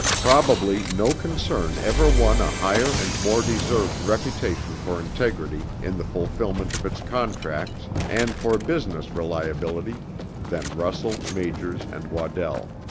probably no concern ever won a higher and more deserved reputation for integrity in the fulfillment of its contracts and for business reliability than russell, majors, and waddell.